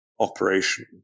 Operation